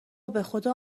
بخدا